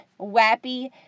Wappy